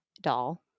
doll